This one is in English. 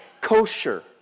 kosher